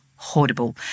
horrible